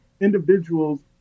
individuals